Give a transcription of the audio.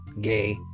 gay